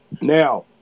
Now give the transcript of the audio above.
Now